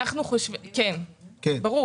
כן, ברור.